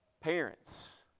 Parents